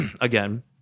again